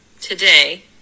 today